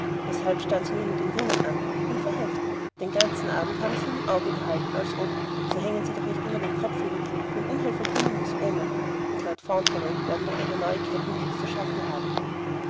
starren sie nur immer den jungen an rief er heftig den ganzen abend haben sie ihn im auge behalten als ob so hängen sie doch nicht immer den kopf über ihn hin wie ein unheilverkündendes böses omen mit lord fauntleroy werden doch ihre neuigkeiten nichts zu schaffen haben